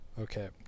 Okay